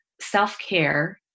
self-care